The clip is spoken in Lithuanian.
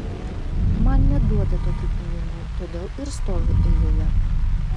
man neduoda tokių pinigų todėl ir stoviu eilėje